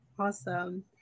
Awesome